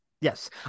Yes